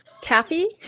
taffy